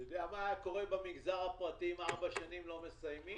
אתה יודע מה היה קורה במגזר הפרטי אם ארבע שנים לא היו מסיימים?